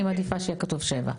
אני מעדיפה שיהיה כתוב 7 שנים.